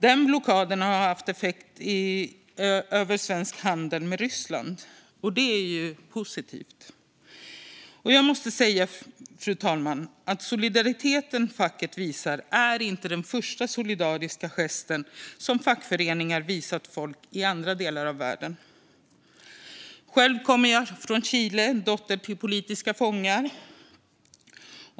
Den blockaden har haft effekt på svensk handel med Ryssland, och det är positivt. Fru talman! Solidariteten facket visar är inte den första solidariska gesten som fackföreningar visat folk i andra delar av världen. Själv kommer jag från Chile - dotter till politiska fångar.